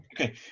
Okay